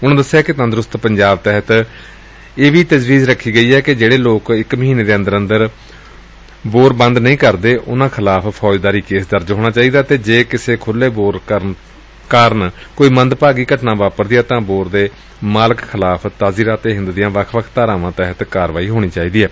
ਉਨੂਂ ਦਸਿਆ ਕਿ ਤੰਦਰੁਸਤ ਪੰਜਾਬ ਤਹਿਤ ਇਹ ਵੀ ਤਜਵੀਜ਼ ਰੱਖੀ ਗਈ ਏ ਕਿ ਜਿਹੜੇ ਲੋਕ ਇਕ ਮਹੀਨੇ ਦੇ ਅੰਦਰ ਅੰਦਰ ਬੋਰ ਬੰਦ ਨਹੀਂ ਕਰਦੇ ਉਨੂਾ ਖਿਲਾਫ਼ ਫੌਜਦਾਰੀ ਕੇਸ ਦਰਜ ਹੋਣਾ ਚਾਹੀਦੈ ਅਤੇ ਜੇ ਕਿਸੇ ਖੁਲ੍ਹੇ ਬੋਰ ਕਾਰਨ ਕੋਈ ਮੰਦਭਾਗੀ ਘਟਨਾ ਵਾਪਰਦੀ ਏ ਤਾਂ ਬੋਰ ਦੇ ਮਾਲਕ ਖਿਲਾਫ਼ ਤਾਜ਼ੀਰਾਤੇ ਹਿੰਦ ਦੀਆ ਵੱਖ ਵੱਖ ਧਾਰਾਵਾਂ ਤਹਿਤ ਕਾਰਵਾਈ ਹੋਣੀ ਚਾਹੀਦੀ ਏ